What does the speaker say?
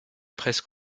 presque